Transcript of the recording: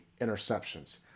interceptions